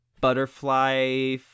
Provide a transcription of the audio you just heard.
butterfly